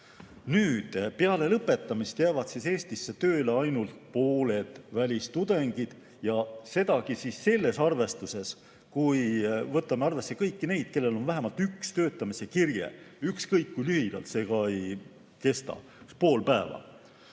keela. Peale lõpetamist jäävad Eestisse tööle ainult pooled välistudengid ja sedagi sellise arvestuse alusel, kui võtame arvesse kõik need, kellel on vähemalt üks töötamise kirje, ükskõik kui lühidalt see ka ei kesta, kas või pool päeva.